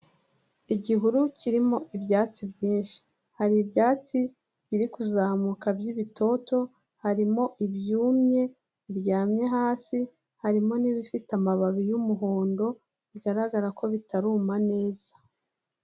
Igihuru kirimo ibyatsi byinshi, hari ibyatsi biri kuzamuka by'ibitoto, harimo ibyumye biryamye hasi, harimo n'ibifite amababi y'umuhondo bigaragara ko bitaruma neza.